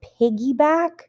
piggyback